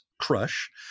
crush